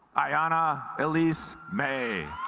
ayanna elise may